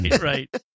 right